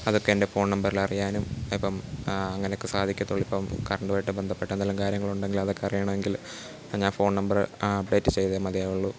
അതൊക്കെ എൻ്റെ ഫോൺ നമ്പറിൽ അറിയാനും ഇപ്പം അങ്ങനെയൊക്കെ സാധിക്കത്തുള്ളൂ ഇപ്പം കറൻറ്റുമായിട്ടു ബന്ധപ്പെട്ട എന്തെങ്കിലും കാര്യങ്ങളുണ്ടെങ്കിൽ അതൊക്കെ അറിയണമെങ്കിൽ ഞാൻ ഫോൺ നമ്പർ അപ്ഡേറ്റ് ചെയ്തേ മതിയാകുകയുള്ളൂ